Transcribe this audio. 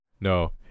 no